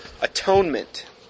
Atonement